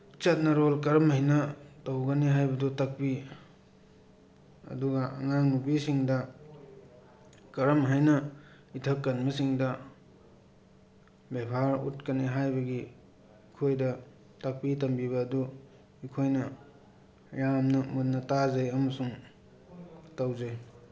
ꯆꯠꯅꯔꯣꯜ ꯀꯔꯝ ꯍꯥꯏꯅ ꯇꯧꯒꯅꯤ ꯍꯥꯏꯕꯗꯨ ꯇꯥꯛꯄꯤ ꯑꯗꯨꯒ ꯑꯉꯥꯡ ꯅꯨꯄꯤꯁꯤꯡꯗ ꯀꯔꯝ ꯍꯥꯏꯅ ꯏꯊꯛ ꯍꯟꯕꯁꯤꯡꯗ ꯕꯦꯕꯥꯔ ꯎꯠꯀꯅꯤ ꯍꯥꯏꯕꯒꯤ ꯑꯩꯈꯣꯏꯗ ꯇꯥꯛꯄꯤ ꯇꯝꯕꯤꯕ ꯑꯗꯨ ꯑꯩꯈꯣꯏꯅ ꯌꯥꯝꯅ ꯃꯨꯟꯅ ꯇꯥꯖꯩ ꯑꯃꯁꯨꯡ ꯇꯧꯖꯩ